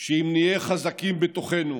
שאם נהיה חזקים בתוכנו